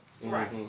Right